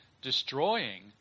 Destroying